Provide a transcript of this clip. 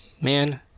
Man